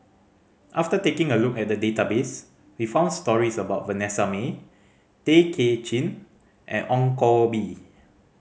after taking a look at the database we found stories about Vanessa Mae Tay Kay Chin and Ong Koh Bee